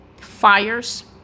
fires